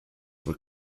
for